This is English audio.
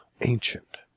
Ancient